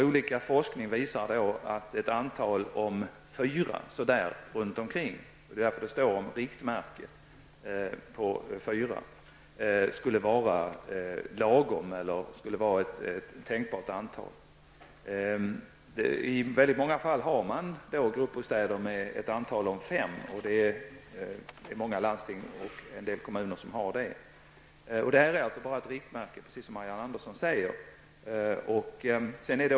Olika forskning visar att ett antal på omkring fyra skulle vara lagom, dvs. ett tänkbart antal. Det är därför vi har använt oss av ett riktmärke på omkring fyra. I många landsting och kommuner har man gruppbostäder för fem personer. Detta antal är bara ett riktmärke, precis som Marianne Andersson säger.